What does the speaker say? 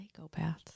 psychopaths